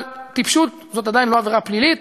אבל טיפשות זו עדיין לא עבירה פלילית,